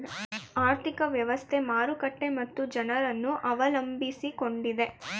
ಆರ್ಥಿಕ ವ್ಯವಸ್ಥೆ, ಮಾರುಕಟ್ಟೆ ಮತ್ತು ಜನರನ್ನು ಅವಲಂಬಿಸಿಕೊಂಡಿದೆ